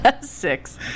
Six